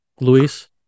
Luis